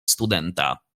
studenta